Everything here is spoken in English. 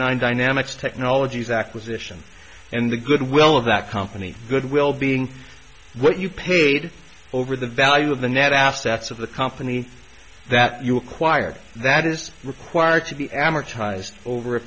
nine dynamics technologies acquisition and the goodwill of that company goodwill being what you paid over the value of the net assets of the company that you acquired that is required to be amortized over a